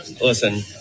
Listen